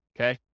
okay